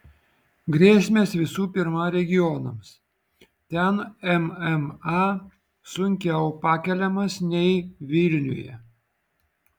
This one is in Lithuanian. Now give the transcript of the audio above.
grėsmės visų pirma regionams ten mma sunkiau pakeliamas nei vilniuje